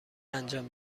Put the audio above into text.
انجام